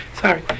Sorry